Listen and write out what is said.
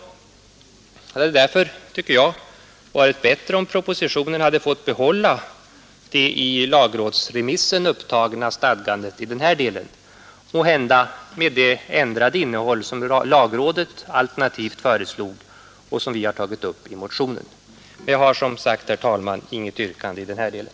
Jag tycker därför att det hade varit bättre om propositionen fått behålla det i lagrådsremissen upptagna stadgandet i den här delen, måhända med det ändrade innehåll som lagrådet alternativt föreslog och som vi har tagit upp i motionen. Jag har, som sagt, herr talman, inget yrkande i den här delen.